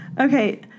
Okay